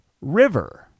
River